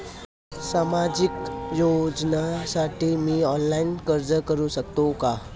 सामाजिक योजनेसाठी मी ऑनलाइन अर्ज करू शकतो का?